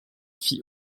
fit